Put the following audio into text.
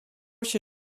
się